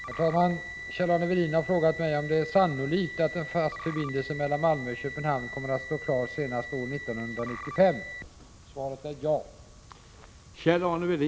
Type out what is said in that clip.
Herr talman! Kjell-Arne Welin har frågat mig om det är sannolikt att en fast förbindelse mellan Malmö och Köpenhamn kommer att stå klar senast år 1995. Svaret är ja.